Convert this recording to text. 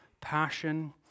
passion